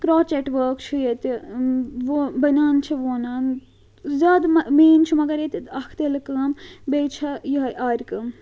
crochet وٲرٕک چھُ ییٚتہِ و بَنیان چھِ وۄنان زیادٕ مین چھُ مگر ییٚتہِ اَکھ تِلہٕ کٲم بیٚیہِ چھےٚ یِہے آرِ کٲم